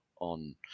On